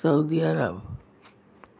سعودی عرب